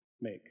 make